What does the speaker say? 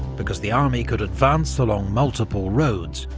because the army could advance along multiple roads,